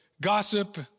gossip